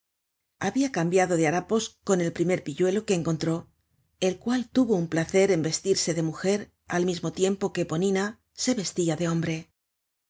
habia cambiado de harapos con el primer pilluelo que encontró el cual tuvo un placer en vestirse de mujér al mismo tiempo que eponina se vestia de hombre